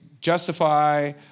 justify